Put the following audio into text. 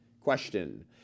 question